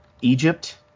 Egypt